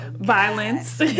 Violence